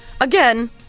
again